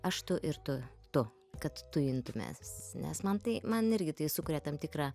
aš tu ir tu tu kad tujintumės nes man tai man irgi tai sukuria tam tikrą